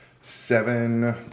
Seven